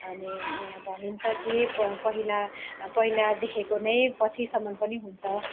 अनि भनिन्छ कि प पहिला पहिला देखेको नै पछिसम्म पनि हुन्छ